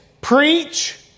Preach